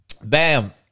Bam